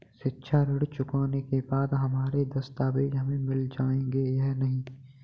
शिक्षा ऋण चुकाने के बाद हमारे दस्तावेज हमें मिल जाएंगे या नहीं?